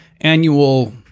annual